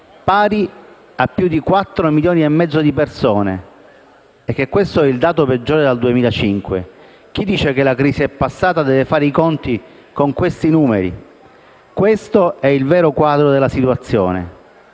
pari a più di 4,5 milioni di persone e questo è il dato peggiore dal 2005. Chi sostiene che la crisi è passata deve fare i conti con questi numeri. Questo è il quadro reale della situazione